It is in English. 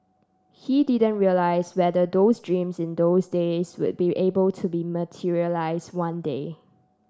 he didn't realise whether those dreams in those days would be able to be materialise one day